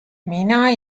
mina